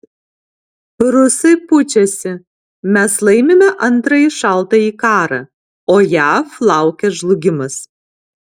rusai pučiasi mes laimime antrąjį šaltąjį karą o jav laukia žlugimas